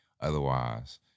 Otherwise